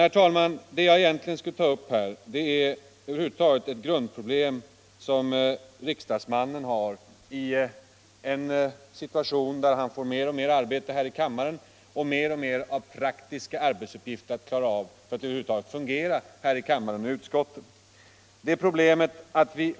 Vad jag egentligen skulle ta upp är ett grundproblem som riksdagsmannen har i en situation där han får mer och mer arbete i kammaren och fler och fler praktiska arbetsuppgifter att klara av för att över huvud taget fungera i kammaren och i utskotten.